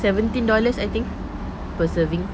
seventeen dollars I think per serving